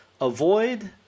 Avoid